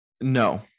No